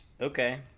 Okay